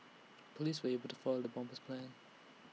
Police were able to foil the bomber's plans